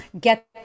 get